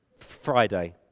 Friday